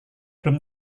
belum